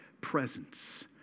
presence